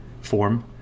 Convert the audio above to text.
form